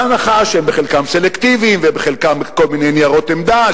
בהנחה שהם בחלקם סלקטיביים ובחלקם כל מיני ניירות עמדה,